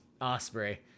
Osprey